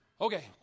Okay